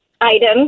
item